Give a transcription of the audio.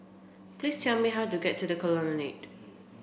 please tell me how to get to The Colonnade